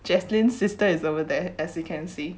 jaslyn's sister is over there as you can see